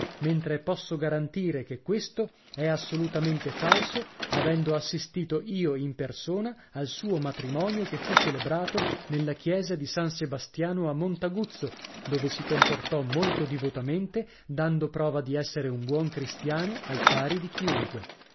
mentre posso garantire che questo è assolutamente falso avendo assistito io in persona al suo matrimonio che fu celebrato nella chiesa di san sebastiano a montaguzzo dove si comportò molto divotamente dando prova di essere un buon cristiano al pari di chiunque